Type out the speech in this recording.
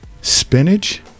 spinach